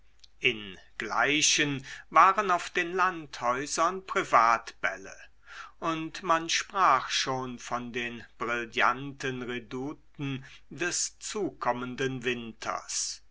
finden ingleichen waren auf den landhäusern privatbälle und man sprach schon von den brillanten redouten des zukommenden winters